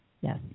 yes